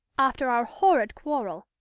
after our horrid quarrel.